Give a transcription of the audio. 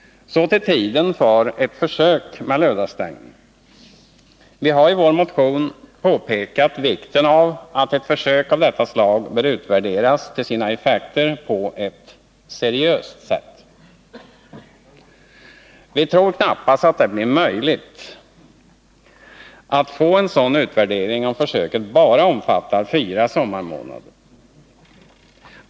Så till tiden för ett försök med lördagsstängning. Vi har i vår motion påpekat vikten av ett försök av detta slag kan utvärderas till sina effekter på ett seriöst sätt. Vi tror knappast att det blir möjligt att få en sådan utvärdering om försöket bara omfattas fyra sommarmånader.